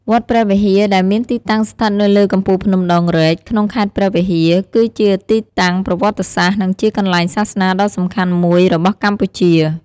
វត្តព្រះវិហារ ដែលមានទីតាំងស្ថិតនៅលើកំពូលភ្នំដងរែក ក្នុងខេត្តព្រះវិហារ គឺជាទីតាំងប្រវត្តិសាស្ត្រ និងជាកន្លែងសាសនាដ៏សំខាន់មួយរបស់កម្ពុជា។